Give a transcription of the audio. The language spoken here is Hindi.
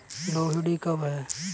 लोहड़ी कब है?